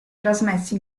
trasmessi